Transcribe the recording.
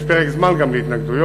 יש פרק זמן גם להתנגדויות.